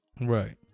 Right